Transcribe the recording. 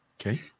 Okay